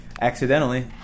accidentally